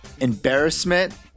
embarrassment